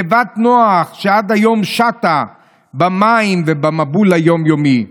בתיבת נוח, שעד היום שטה במים ובמבול היום-יומי.